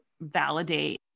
validate